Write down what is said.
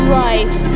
right